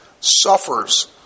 suffers